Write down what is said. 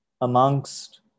amongst